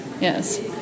Yes